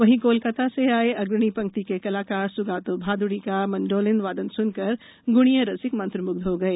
वहीं कोलकाता से आए अग्रणी पंक्ति के कलाकार स्गातो भाद्ड़ी का मैंडोलिन वादन स्नकर ग्णीय रसिक मंत्रम्ग्ध हो गए